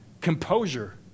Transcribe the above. composure